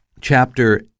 chapter